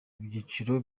byinshi